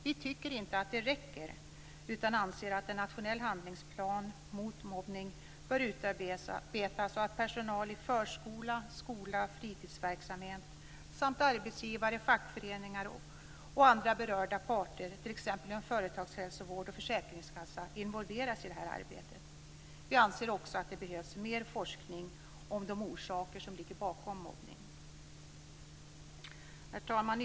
Vi tycker inte att det räcker utan anser att en nationell handlingsplan mot mobbning bör utarbetas och att personal i förskola, skola, fritidsverksamhet samt arbetsgivare, fackföreningar och andra berörda parter, t.ex. inom företagshälsovård och försäkringskassa, involveras i det här arbetet. Vi anser också att det behövs mer forskning om de orsaker som ligger bakom mobbning. Herr talman!